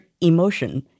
emotion